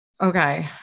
Okay